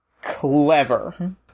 clever